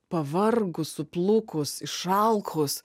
pavargus suplukus išalkus